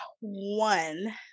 one